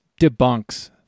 debunks